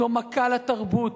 זו מכה לתרבות,